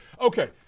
Okay